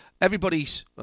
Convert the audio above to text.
Everybody's